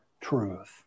Truth